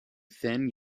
thin